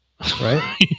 Right